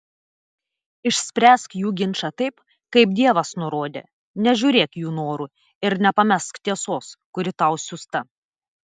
išspręsk jų ginčą taip kaip dievas nurodė nežiūrėk jų norų ir nepamesk tiesos kuri tau siųsta